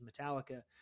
Metallica